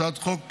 הצעת חוק